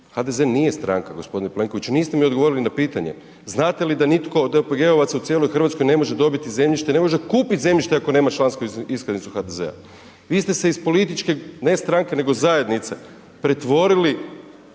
HDZ nije stranka g. Plenkoviću, niste mi odgovorili na pitanje, znate li da nitko od OPG-ovaca u cijeloj RH ne može dobiti zemljište, ne može kupiti zemljište ako nema člansku iskaznicu HDZ-a. Vi ste se iz političke, ne stranke, nego zajednice, pretvorili